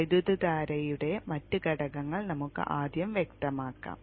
വൈദ്യുതധാരയുടെ മറ്റ് ഘടകങ്ങൾ നമുക്ക് ആദ്യം വ്യക്തമാക്കാം